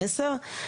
מ-10.